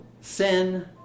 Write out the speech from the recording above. sin